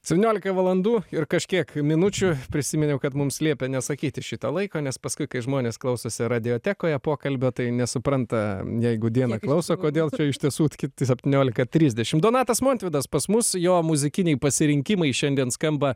septyniolika valandų ir kažkiek minučių prisiminiau kad mums liepė nesakyti šito laiko nes paskui kai žmonės klausosi radiotekoje pokalbio tai nesupranta jeigu dieną klauso kodėl čia iš tiesų tki septyniolika trisdešim donatas montvydas pas mus jo muzikiniai pasirinkimai šiandien skamba